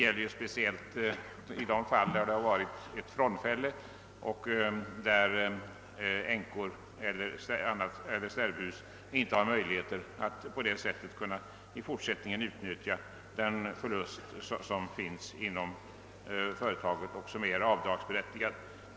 Detta drabbar speciellt företag, i vilka det varit ett frånfälle av ägaren; änkor eller sterbhus har inte rätt att göra avdrag för förluster, som för övriga bolag är avdragsberättigade.